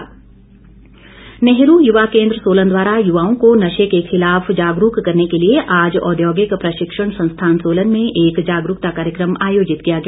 जागरूकता नेहरू युवा केन्द्र सोलन द्वारा युवाओं को नशे के खिलाफ जागरूक करने के लिए आज औद्योगिक प्रशिक्षण संस्थान सोलन में एक जागरूकता कार्यक्रम आयोजित किया गया